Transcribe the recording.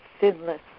sinless